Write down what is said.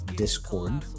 discord